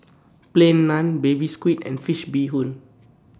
Plain Naan Baby Squid and Fish Head Bee Hoon